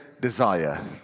Desire